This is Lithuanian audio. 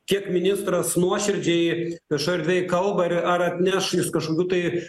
kiek ministras nuoširdžiai viešoj erdvėj kalba ir ar atneš jis kažkokių tai